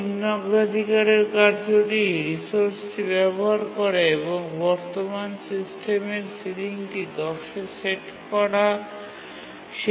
নিম্ন অগ্রাধিকারের কার্যটি রিসোর্সটি ব্যবহার করার সময়ে বর্তমান সিস্টেমের সিলিংটি ১০ এ সেট করা হয়